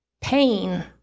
pain